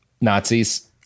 Nazis